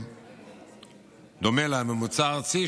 דומה לממוצע הארצי,